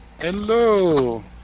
Hello